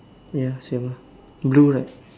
ya same ah blue right